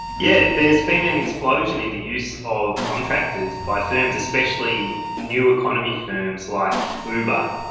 yeah there has been an explosion in the use of contractors by firms, especially new economy firms like uber.